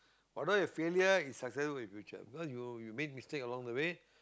although your failure is successful for your future because you you made mistake along the way